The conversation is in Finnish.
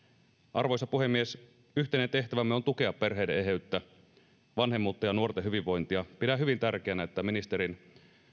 arvoisa puhemies yhteinen tehtävämme on tukea perheiden eheyttä vanhemmuutta ja nuorten hyvinvointia pidän hyvin tärkeänä että ministerin